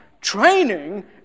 Training